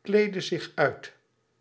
kleedde zich uit